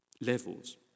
levels